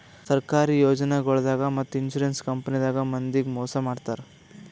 ಸರ್ಕಾರಿ ಯೋಜನಾಗೊಳ್ದಾಗ್ ಮತ್ತ್ ಇನ್ಶೂರೆನ್ಸ್ ಕಂಪನಿದಾಗ್ ಮಂದಿಗ್ ಮೋಸ್ ಮಾಡ್ತರ್